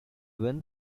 win